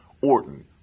Orton